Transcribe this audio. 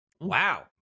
Wow